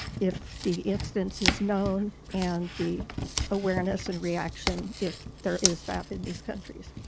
if the instance is known, and the awareness and reaction if there is that in these countries.